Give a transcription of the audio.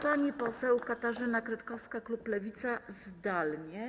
Pani poseł Katarzyna Kretkowska, klub Lewica, zdalnie.